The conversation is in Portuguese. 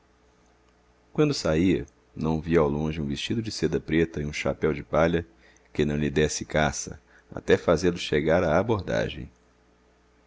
quando saía não via ao longe um vestido de seda preta e um chapéu de palha que não lhe desse caça até fazê-lo chegar à abordagem